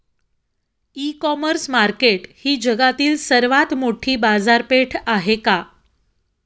इ commerce market ही जगातील सर्वात मोठी बाजारपेठ आहे का?